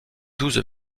douze